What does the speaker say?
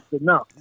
enough